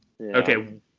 okay